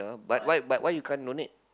but why but why you can't donate